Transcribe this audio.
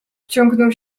wciągnął